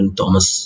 Thomas